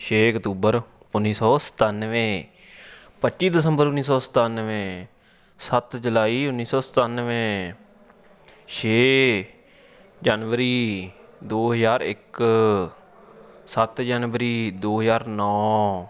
ਛੇ ਅਕਤੂਬਰ ਉੱਨੀ ਸੌ ਸਤਾਨਵੇਂ ਪੱਚੀ ਦਸੰਬਰ ਉੱਨੀ ਸੌ ਸਤਾਨਵੇਂ ਸੱਤ ਜੁਲਾਈ ਉੱਨੀ ਸੌ ਸਤਾਨਵੇਂ ਛੇ ਜਨਵਰੀ ਦੋ ਹਜ਼ਾਰ ਇੱਕ ਸੱਤ ਜਨਵਰੀ ਦੋ ਹਜ਼ਾਰ ਨੌਂ